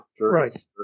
Right